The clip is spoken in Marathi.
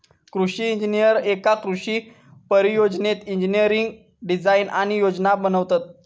कृषि इंजिनीयर एका कृषि परियोजनेत इंजिनियरिंग डिझाईन आणि योजना बनवतत